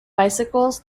bicycles